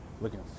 looking